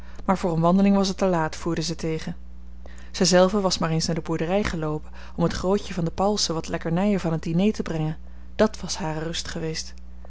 maar voor eene wandeling was het te laat voerde zij tegen zij zelve was maar eens naar de boerderij geloopen om het grootje van de pauwelsen wat lekkernijen van het diner te brengen dàt was hare rust geweest